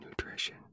nutrition